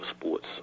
sports